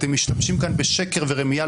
אתם משתמשים כאן בשקר ורמייה.